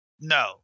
No